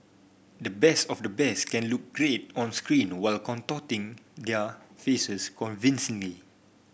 the best of the best can look great on screen while contorting their faces convincingly